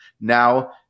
Now